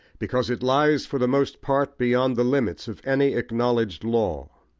because it lies for the most part beyond the limits of any acknowledged law.